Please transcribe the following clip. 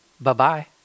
Bye-bye